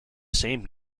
same